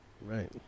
Right